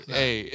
hey